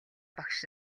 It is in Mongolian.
багш